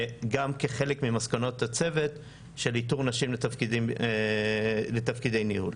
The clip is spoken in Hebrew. וגם כחלק ממסקנות הצוות של איתור נשים לתפקידי ניהול.